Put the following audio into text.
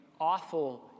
awful